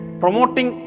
promoting